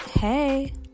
Hey